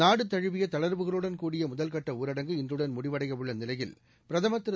நாடுதழுவிய தளர்வுகளுடன் கூடிய முதல்கட்ட ஊரடங்கு இன்றுடன் முடிவடையவுள்ள நிலையில் பிரதமர் திரு